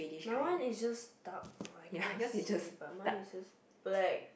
my one is just dark but I cannot see but mine is just black